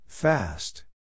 Fast